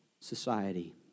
society